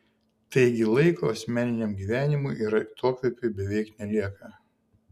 taigi laiko asmeniniam gyvenimui ir atokvėpiui beveik nelieka